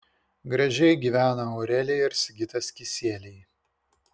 gražiai gyvena aurelija ir sigitas kisieliai